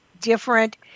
different